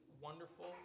wonderful